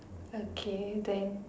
okay then